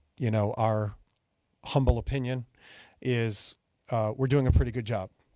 you know, our humble opinion is we're doing a pretty good job,